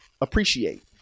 Appreciate